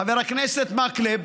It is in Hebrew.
חבר הכנסת מקלב,